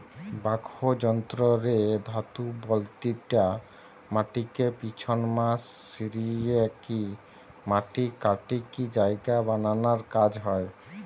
backhoe যন্ত্র রে ধাতু বালতিটা মাটিকে পিছনমা সরিকি মাটি কাটিকি জায়গা বানানার কাজ হয়